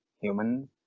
human